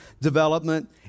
development